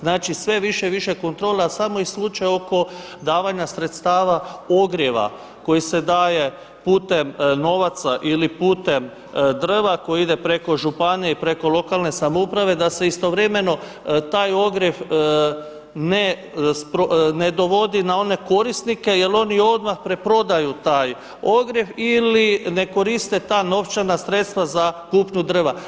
Znači, sve više i više kontrole, a samo iz slučaja oko davanja sredstava ogrijeva koji se daje putem novaca ili putem drva koji ide preko županije i preko lokalne samouprave da se istovremeno taj ogrjev ne dovodi na one korisnike jer oni odmah preprodaju taj ogrjev ili ne koriste ta novčana sredstva za kupnju drva.